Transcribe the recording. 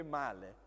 male